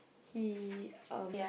he uh